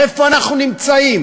איפה אנחנו נמצאים?